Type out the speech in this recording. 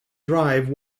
drive